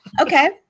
Okay